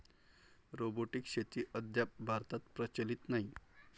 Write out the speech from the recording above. robotic शेती अद्याप भारतात प्रचलित नाही